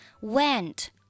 went